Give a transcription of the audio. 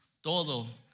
todo